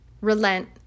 relent